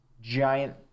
Giant